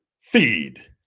Feed